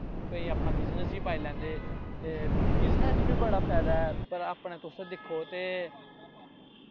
केईं अपना बिजनस बी पाई लैंदे ते बिजनस च बी बड़ा फैदा ऐ पर अपना कुछ दिक्खो ते